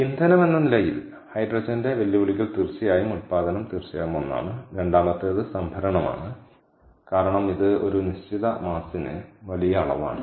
ഇന്ധനമെന്ന നിലയിൽ ഹൈഡ്രജന്റെ വെല്ലുവിളികൾ തീർച്ചയായും ഉൽപ്പാദനം തീർച്ചയായും ഒന്നാണ് രണ്ടാമത്തേത് സംഭരണമാണ് കാരണം ഇത് ഒരു നിശ്ചിത പിണ്ഡത്തിന് വലിയ അളവാണ്